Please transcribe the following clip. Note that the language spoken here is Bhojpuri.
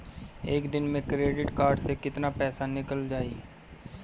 एक दिन मे क्रेडिट कार्ड से कितना पैसा निकल जाई?